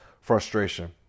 frustration